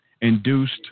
induced